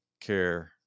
care